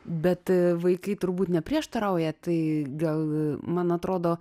bet vaikai turbūt neprieštarauja tai gal man atrodo